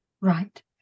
Right